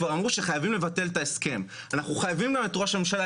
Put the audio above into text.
כבר אמרו שחייבים לבטל את ההסכם אנחנו חייבים גם את ראש הממשלה,